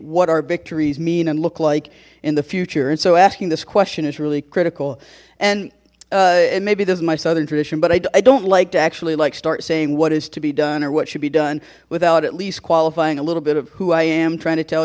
what our victories mean and look like in the future and so asking this question is really critical and it may be this is my southern tradition but i don't like to actually like start saying what is to be done or what should be done without at least qualifying a little bit of who i am trying to tell